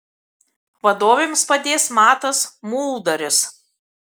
vadovėms padės matas muldaris